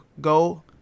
go